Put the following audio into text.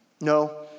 No